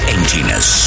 Emptiness